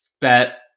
bet